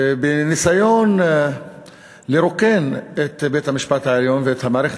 בניסיון לרוקן את בית-המשפט העליון ואת המערכת